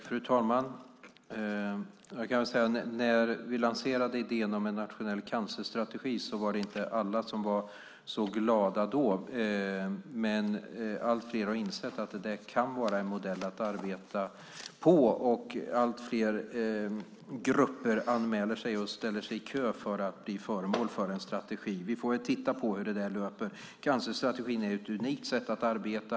Fru talman! När vi lanserade idén om en nationell cancerstrategi var det inte alla som var så glada. Men allt fler har insett att det kan vara en modell att arbeta med, och allt fler grupper anmäler sig och ställer sig i kö för att bli föremål för en strategi. Vi får titta på hur det löper. Cancerstrategin är ett unikt sätt att arbeta.